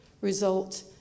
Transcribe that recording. result